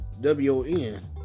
W-O-N